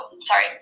Sorry